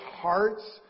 hearts